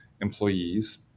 employees